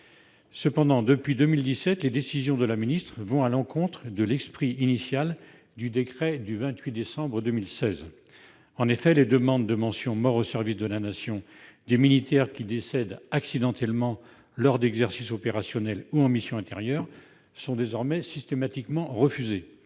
depuis cette date, les décisions de la ministre vont à l'encontre de l'esprit initial du décret du 28 décembre 2016. En effet, les demandes de mention « mort pour le service de la Nation » pour des militaires qui décèdent accidentellement lors d'exercices opérationnels ou en missions intérieures sont désormais systématiquement rejetées.